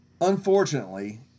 Unfortunately